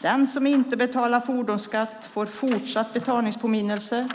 Den som inte betalar fordonsskatt får fortsatt betalningspåminnelse.